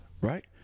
right